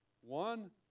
one